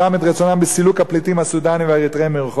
בסילוק הפליטים הסודנים והאריתריאים מרחובותיהם.